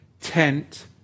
tent